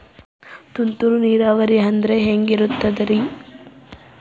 ತುಂತುರು ನೇರಾವರಿ ಅಂದ್ರೆ ಹೆಂಗೆ ಇರುತ್ತರಿ?